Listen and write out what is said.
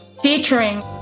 featuring